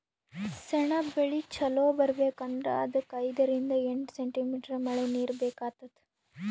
ಸೆಣಬ್ ಬೆಳಿ ಚಲೋ ಬರ್ಬೆಕ್ ಅಂದ್ರ ಅದಕ್ಕ್ ಐದರಿಂದ್ ಎಂಟ್ ಸೆಂಟಿಮೀಟರ್ ಮಳಿನೀರ್ ಬೇಕಾತದ್